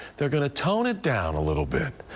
they're going to tone it down a little bit.